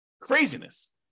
Craziness